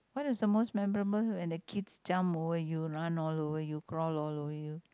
what does the most memorable when the kids jump over you run all over you crawl all over you